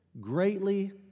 greatly